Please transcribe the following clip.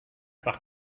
par